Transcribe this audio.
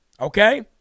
Okay